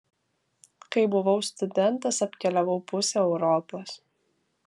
kai buvau studentas apkeliavau pusę europos